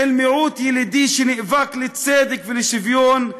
של מיעוט ילידי שנאבק לצדק ולשוויון,